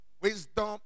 Wisdom